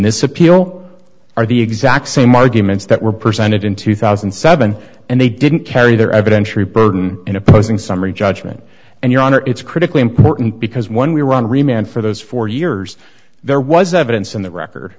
this appeal are the exact same arguments that were presented in two thousand and seven and they didn't carry their evidentiary burden in opposing summary judgment and your honor it's critically important because when we run remained for those four years there was evidence in the record